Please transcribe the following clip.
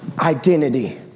identity